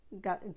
got